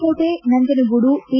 Kote Nanjangud T